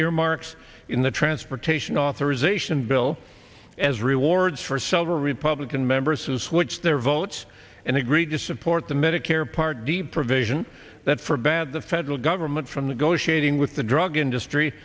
earmarks in the transportation authorization bill as rewards for some republican members to switch their votes and agreed to support the medicare part d provision that forbad the federal government from the go shooting with the drug industry